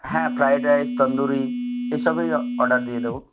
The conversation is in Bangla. হ্যাঁ ফ্রায়েড রাইস তন্দুরি এসবেই অর্ডার দিয়ে দেবো